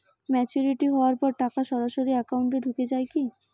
Maturity হওয়ার পর টাকা সরাসরি একাউন্ট এ ঢুকে য়ায় কি?